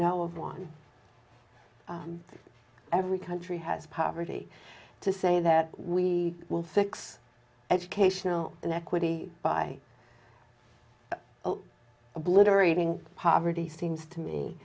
know of one every country has poverty to say that we will fix educational inequity by obliterating poverty seems to me